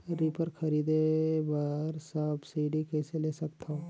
Reaper खरीदे बर subsidy कइसे ले सकथव?